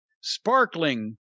sparkling